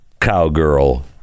cowgirl